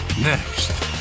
Next